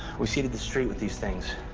we see to the street with these things.